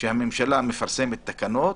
שהממשלה מפרסמת תקנות